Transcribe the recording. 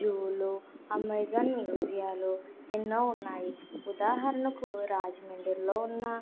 జూలు అమెజాన్ మ్యూజియాలు ఎన్నో ఉన్నాయి ఉదాహరణకు రాజమండ్రిలో ఉన్న